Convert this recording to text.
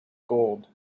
gold